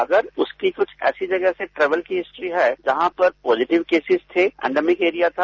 अगर उसकी ऐसी जगह से ट्रेवल की हिस्ट्री है जहां पर पॉजिटिव केसिस थे पेंडामिक एरिया था